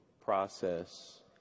process